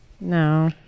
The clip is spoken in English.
No